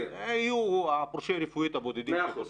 יהיו פורשי רפואית בודדים --- מאה אחוז.